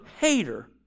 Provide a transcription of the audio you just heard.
hater